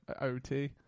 OT